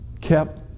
kept